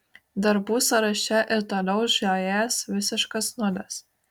darbų sąraše ir toliau žiojės visiškas nulis